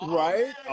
right